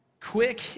quick